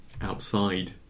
outside